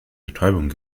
betäubung